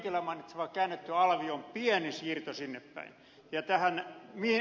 lintilän mainitsema käännetty alvi on pieni siirto sinnepäin